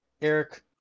Eric